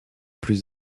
plus